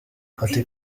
ati